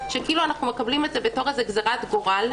שכאילו אנחנו מקבלים את זה בתור איזו גזרת גורל: